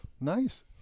Nice